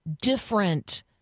different